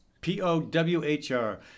P-O-W-H-R